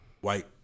White